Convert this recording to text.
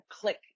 click